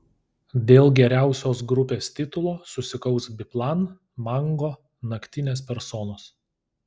dėl geriausios grupės titulo susikaus biplan mango naktinės personos